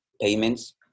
payments